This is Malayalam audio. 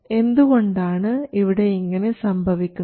എന്തുകൊണ്ടാണ് ഇവിടെ ഇങ്ങനെ സംഭവിക്കുന്നത്